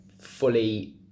fully